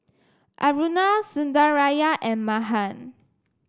Aruna Sundaraiah and Mahan